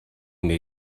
mir